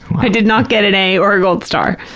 i did not get an a or a gold star.